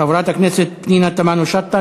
חברת הכנסת פנינה תמנו-שטה,